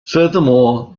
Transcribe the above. furthermore